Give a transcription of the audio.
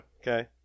Okay